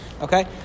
Okay